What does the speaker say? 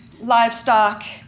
livestock